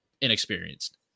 inexperienced